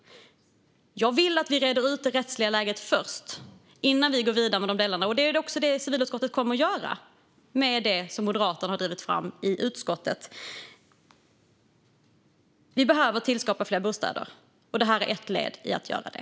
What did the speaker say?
Jag vill att vi reder ut det rättsliga läget innan vi går vidare med de delarna. Det är också vad civilutskottet kommer att göra, i och med det som Moderaterna har drivit fram i utskottet. Vi behöver skapa fler bostäder. Det här är ett led i att göra det.